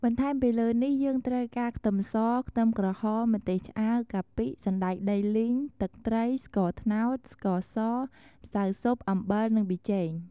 បន្ថែមពីលើនេះយើងត្រូវការ ខ្ទឹមស ខ្ទឹមក្រហម ម្ទេសឆ្អើរ កាពិ សណ្តែកដីលីង ទឹកត្រី ស្ករត្នោត ស្ករស ម្សៅស៊ុប អំបិល និងប៊ីចេង។